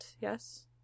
yes